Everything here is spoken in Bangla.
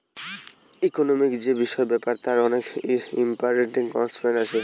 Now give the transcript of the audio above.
ইকোনোমিক্ যে বিষয় ব্যাপার তার অনেক ইম্পরট্যান্ট কনসেপ্ট আছে